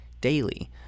daily